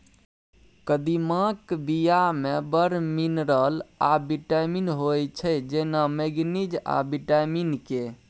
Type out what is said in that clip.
कदीमाक बीया मे बड़ मिनरल आ बिटामिन होइ छै जेना मैगनीज आ बिटामिन के